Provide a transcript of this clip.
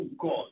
God